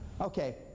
Okay